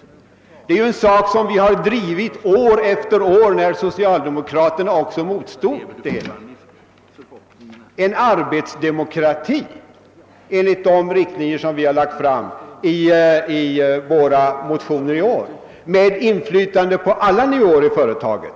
Detta är ju en sak som vi drivit år efter år, då socialdemokraterna motsatte sig det hela. Vad vi vill ha är en arbetsdemokrati enligt de riktlinjer vi lagt fram i våra motioner i år med inflytande på alla nivåer i företaget.